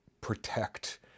protect